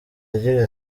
agira